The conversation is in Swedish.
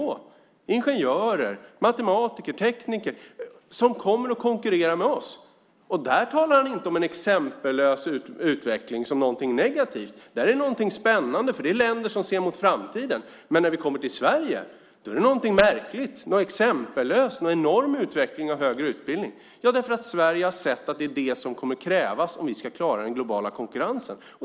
Det är ingenjörer, matematiker och tekniker som kommer att konkurrera med oss. Där talar han inte om en exempellös utveckling som någonting negativt. Där är det någonting spännande. Det är länder som ser mot framtiden. Men när vi kommer till Sverige är det någonting märkligt, något exempellöst, en enorm utveckling av högre utbildning. Sverige har sett att det är det som kommer att krävas om vi ska klara den globala konkurrensen.